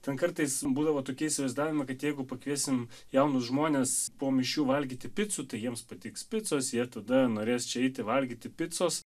ten kartais būdavo tokie įsivaizdavimai kad jeigu pakviesim jaunus žmones po mišių valgyti picų tai jiems patiks picos jie tada norės čia eiti valgyti picos